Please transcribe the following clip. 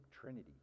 trinity